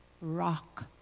rock